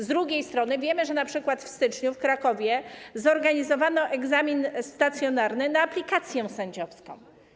Z drugiej strony, wiemy, że na przykład w styczniu w Krakowie zorganizowano egzamin stacjonarny na aplikację sędziowską.